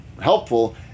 helpful